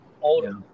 older